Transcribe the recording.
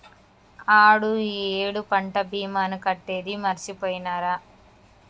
ఆడు ఈ ఏడు పంట భీమాని కట్టేది మరిచిపోయినారా